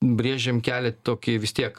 brėžėm kelią tokį vis tiek